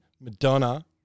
Madonna